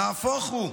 נהפוך הוא,